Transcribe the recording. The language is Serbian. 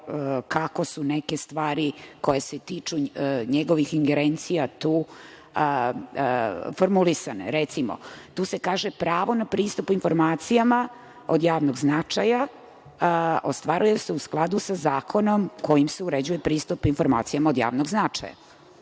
kako su neke stvari koje se tiču njegovih ingerencija tu formulisane. Recimo, tu se kaže – pravo na pristup informacijama od javnog značaja ostvaruje se u skladu sa zakonom kojim se uređuje pristup informacijama od javnog značaja.